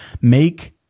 Make